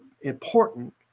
important